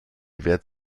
wert